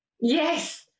Yes